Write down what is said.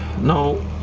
No